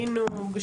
התשפ"ב-2022.